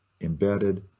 embedded